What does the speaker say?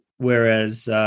whereas